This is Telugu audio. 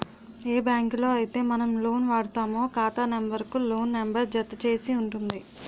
ఏ బ్యాంకులో అయితే మనం లోన్ వాడుతామో ఖాతా నెంబర్ కు లోన్ నెంబర్ జత చేసి ఉంటుంది